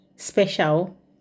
special